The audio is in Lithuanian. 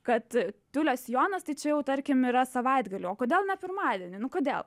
kad tiulio sijonas tai čia jau tarkim yra savaitgalį o kodėl ne pirmadienį nu kodėl